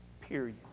Period